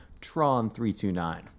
tron329